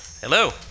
hello